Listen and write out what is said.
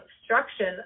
obstruction